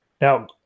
Now